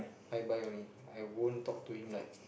hi bye only I won't talk to him like